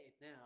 now